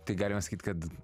tai galima sakyt kad